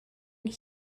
then